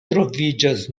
troviĝas